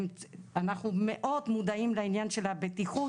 אנחנו מאוד מודעים לעניין של הבטיחות.